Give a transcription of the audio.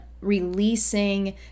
releasing